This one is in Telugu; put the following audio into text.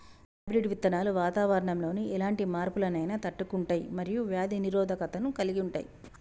హైబ్రిడ్ విత్తనాలు వాతావరణంలోని ఎలాంటి మార్పులనైనా తట్టుకుంటయ్ మరియు వ్యాధి నిరోధకతను కలిగుంటయ్